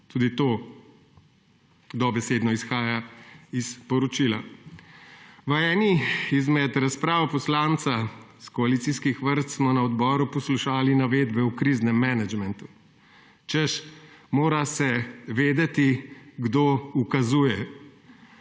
Tudi to dobesedno izhaja iz poročila. V eni izmed razprav poslanca iz koalicijskih vrst smo na odboru poslušali navedbe o kriznem menedžmentu, češ, mora se vedeti, kdo ukazuje.